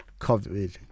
COVID